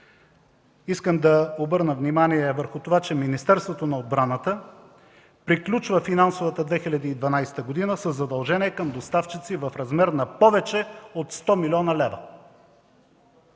Искам да обърна внимание върху това, че Министерството на отбраната приключва финансовата 2012 г. със задължение към доставчици в размер на повече от 100 млн. лв.